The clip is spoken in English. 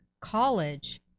college